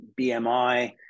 BMI